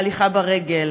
בהליכה ברגל,